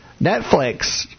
Netflix